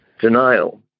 denial